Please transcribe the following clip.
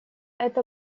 это